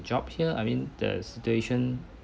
job here I mean the situation